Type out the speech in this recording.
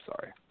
sorry